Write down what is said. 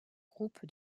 groupe